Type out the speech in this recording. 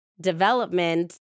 development